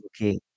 okay